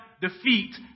defeat